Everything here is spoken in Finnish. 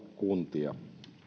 kuntia